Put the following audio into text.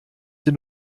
den